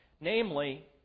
namely